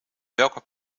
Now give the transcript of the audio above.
welke